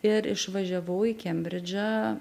ir išvažiavau į kembridžą